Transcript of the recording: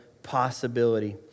possibility